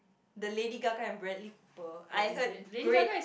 the Lady-Gaga and-Bradley Cooper I heard great